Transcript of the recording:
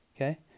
okay